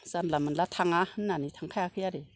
जानला मोनला थाङा होननानै थांखायाखै आरो